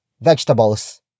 vegetables